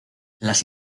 las